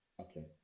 Okay